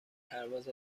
پرواز